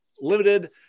limited